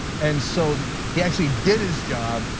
and so he actually did his job,